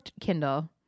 Kindle